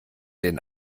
den